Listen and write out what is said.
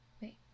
Wait